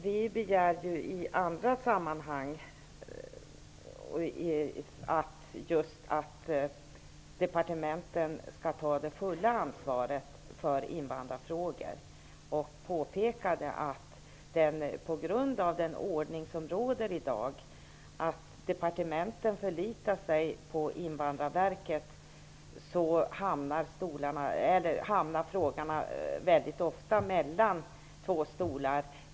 Vi begär ju i andra sammanhang att departementen skall ta det fulla ansvaret för invandrarfrågorna. Vi har påpekat att med den ordning som i dag råder, att departementen förlitar sig på Invandrarverket, hamnar frågorna ofta mellan två stolar.